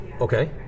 Okay